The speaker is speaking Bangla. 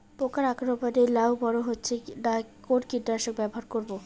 পোকার আক্রমণ এ লাউ বড় হচ্ছে না কোন কীটনাশক ব্যবহার করব?